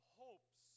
hopes